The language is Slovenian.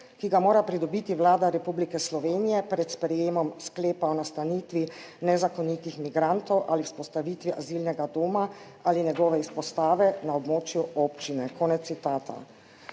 ki ga mora pridobiti Vlada Republike Slovenije pred sprejemom sklepa o nastanitvi nezakonitih migrantov ali vzpostavitvi azilnega doma ali njegove izpostave na območju občine."